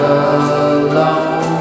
alone